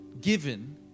Given